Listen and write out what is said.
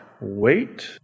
Wait